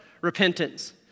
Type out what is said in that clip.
repentance